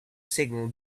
signal